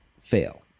fail